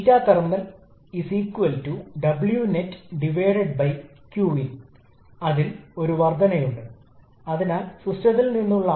15 kilo സെ എന്ന നിരക്കിൽ 15 0 സിയിൽ എയർ കംപ്രസ്സറിൽ പ്രവേശിക്കുന്നു അതിനാൽ നിങ്ങൾ പവർ